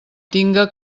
tinga